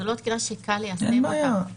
זו לא תקינה שקל ליישם אותה.